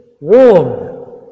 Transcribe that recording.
warm